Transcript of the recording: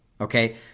okay